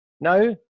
No